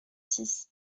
six